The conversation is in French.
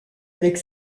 avec